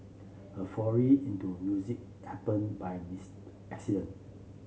her foray into music happened by this accident